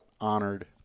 honored